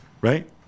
Right